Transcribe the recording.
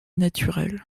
naturel